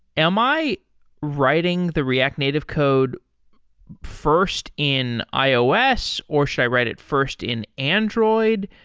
am i writing the react native code first in ios, or should i write it first in android,